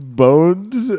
bones